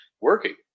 working